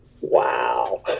wow